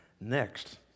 next